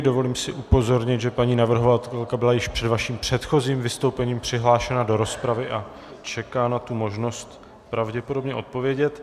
Dovolím si upozornit, že paní navrhovatelka byla již před vaším předchozím vystoupením přihlášena do rozpravy a čeká na tu možnost pravděpodobně odpovědět.